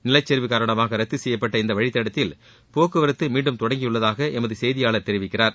நிலச்சரிவு காரணமாக ரத்து செய்யப்பட்ட இந்த வழித்தடத்தில் போக்குவரத்து மீண்டும் தொடங்கியுள்ளதாக எமது செய்தியாளர் தெரிவிக்கிறார்